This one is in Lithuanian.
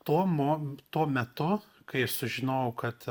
tuo mo tuo metu kai aš sužinojau kad